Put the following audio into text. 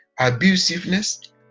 abusiveness